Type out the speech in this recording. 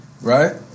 right